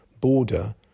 border